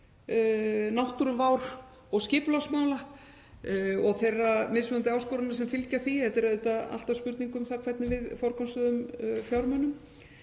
náttúruvár og skipulagsmála og þeirra mismunandi áskorana sem fylgja því. Þetta er auðvitað alltaf spurning um hvernig við forgangsröðum fjármunum.